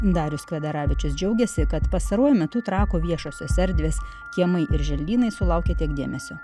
darius kvedaravičius džiaugėsi kad pastaruoju metu trakų viešosios erdvės kiemai ir želdynai sulaukė tiek dėmesio